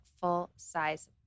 full-size